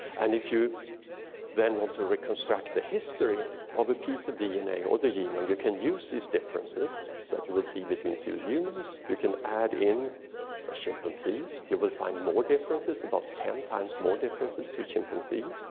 and if you then want to reconstruct the history of a piece of dna or the genome you can use these differences that you will see between two humans. you can add in a chimpanzee. you will find more differences, about ten times more differences to chimpanzee.